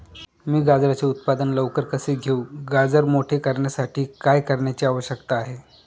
मी गाजराचे उत्पादन लवकर कसे घेऊ? गाजर मोठे करण्यासाठी काय करण्याची आवश्यकता आहे?